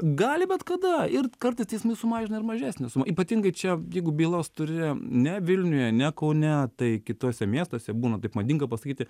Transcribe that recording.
gali bet kada ir kartais teismai sumažina ir mažesnę sumą ypatingai čia jeigu bylas turi ne vilniuje ne kaune tai kituose miestuose būna taip madinga pasakyti